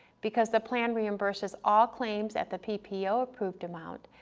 because the plan reimburses all claims at the ppo ppo approved amount,